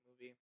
movie